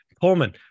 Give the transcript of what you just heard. Coleman